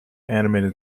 animated